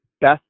best